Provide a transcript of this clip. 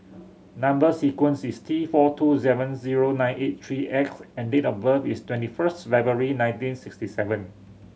number sequence is T four two seven zero nine eight three X and date of birth is twenty first February nineteen sixty seven